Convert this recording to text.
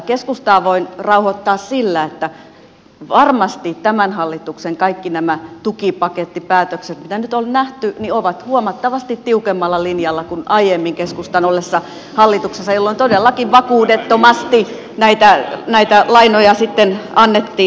keskustaa voin rauhoittaa sillä että varmasti tämän hallituksen kaikki nämä tukipakettipäätökset mitä nyt on nähty ovat huomattavasti tiukemmalla linjalla kuin aiemmin keskustan ollessa hallituksessa jolloin todellakin vakuudettomasti näitä lainoja annettiin